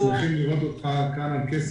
אנחנו שמחים לראות אותך כאן על כס